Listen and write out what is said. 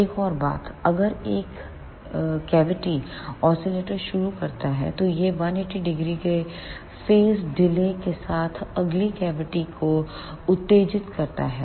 एक और बात अगर एक कैविटी ऑसिलेटर्स शुरू करता है तो यह 180 0 के फेज डिले के साथ अगली कैविटी को उत्तेजित करता है